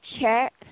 chat